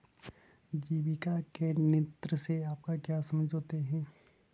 जैविक कीट नियंत्रण से आप क्या समझते हैं?